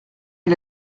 est